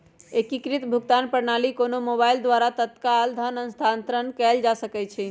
एकीकृत भुगतान प्रणाली द्वारा कोनो मोबाइल द्वारा तत्काल धन स्थानांतरण कएल जा सकैछइ